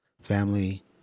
Family